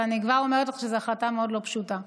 אבל אני כבר אומרת לך שזו החלטה מאוד לא פשוטה.